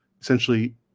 essentially